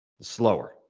slower